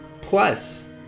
Plus